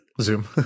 Zoom